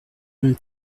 même